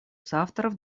соавторов